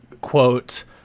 quote